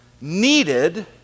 needed